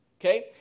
okay